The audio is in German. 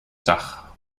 dach